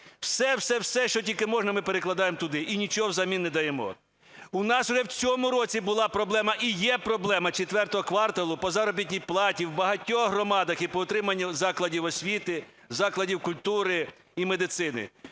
все-все-все, що тільки можна, ми перекладаємо туди і нічого взамін не даємо. У нас уже в цьому році була проблема, і є проблема, IV кварталу по заробітній платі у багатьох громадах і по утриманню закладів освіти, закладів культури і медицини.